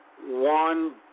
one